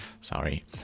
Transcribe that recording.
sorry